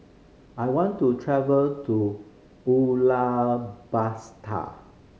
I want to travel to Ulaanbaatar